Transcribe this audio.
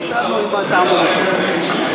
אני פספסתי, אדוני שר האוצר,